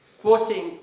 quoting